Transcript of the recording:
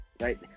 right